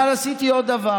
אבל עשיתי עוד דבר: